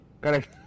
Correct